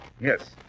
Yes